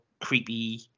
creepy